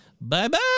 Bye-bye